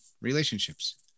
relationships